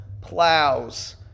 plows